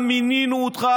גם מינינו אותך,